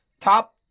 top